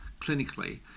clinically